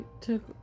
took